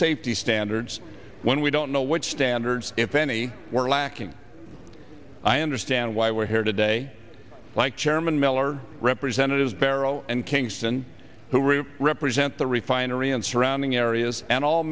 safety standards when we don't know what standards if any were lacking i understand why we're here today like chairman miller representatives beryl and kingston who are represent the refinery and surrounding areas and all